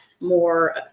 more